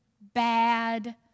bad